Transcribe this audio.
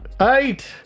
eight